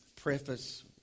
preface